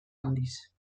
handiz